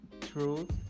truth